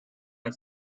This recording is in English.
are